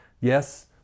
Yes